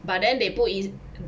but then they put in~